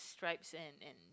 stripes and and